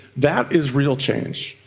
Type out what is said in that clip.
that is real change.